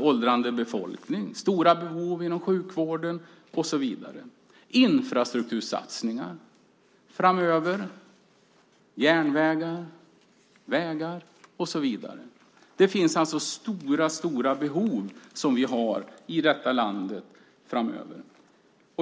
åldrande befolkningen, stora behov inom sjukvården. Infrastruktursatsningar kommer framöver, järnvägar, vägar och så vidare. Vi har alltså stora behov i detta land framöver.